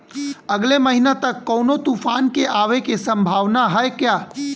अगले महीना तक कौनो तूफान के आवे के संभावाना है क्या?